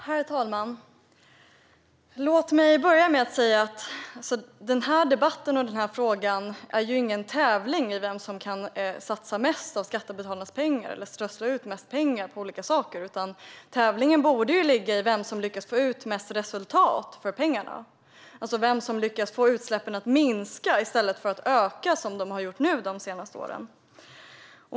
Herr talman! Låt mig börja med att säga att denna debatt och denna fråga inte är någon tävling om vem som kan satsa mest av skattebetalarnas pengar eller strössla ut mest pengar på olika saker. Tävlingen borde handla om vem som lyckas få ut mest resultat för pengarna, alltså vem som lyckas få utsläppen att minska i stället för att öka, som de har gjort de senaste åren.